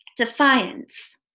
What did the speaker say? Defiance